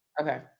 okay